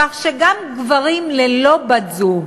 כך שגם גברים ללא בת-זוג